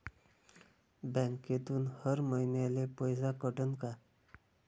बँकेतून हर महिन्याले पैसा कटन का?